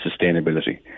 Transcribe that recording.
sustainability